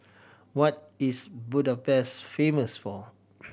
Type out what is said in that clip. what is Budapest famous for